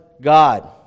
God